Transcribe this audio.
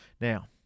Now